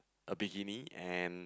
a bikini and